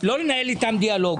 לא לנהל איתם דיאלוג.